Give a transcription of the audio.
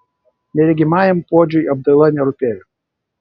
neregimajam puodžiui apdaila nerūpėjo